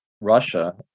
Russia